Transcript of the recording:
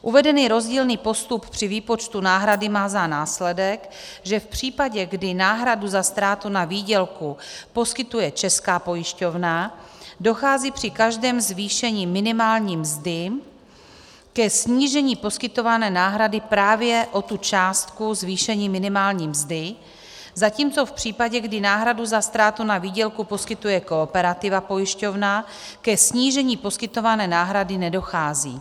Uvedený rozdílný postup při výpočtu náhrady má za následek, že v případě, kdy náhradu za ztrátu na výdělku poskytuje Česká pojišťovna, dochází při každém zvýšení minimální mzdy ke snížení poskytované náhrady právě o tu částku zvýšení minimální mzdy, zatímco v případě, kdy náhradu za ztrátu na výdělku poskytuje Kooperativa pojišťovna, ke snížení poskytované náhrady nedochází.